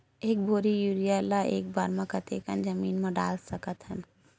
एक बोरी यूरिया ल एक बार म कते कन जमीन म डाल सकत हन?